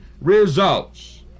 results